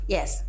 Yes